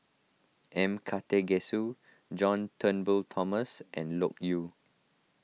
M Karthigesu John Turnbull Thomson and Loke Yew